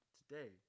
today